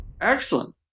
Excellent